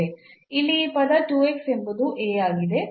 ಇಲ್ಲಿ ಈ ಪದ ಎಂಬುದು ಆಗಿದೆ